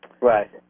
Right